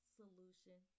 solution